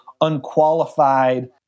unqualified